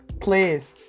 please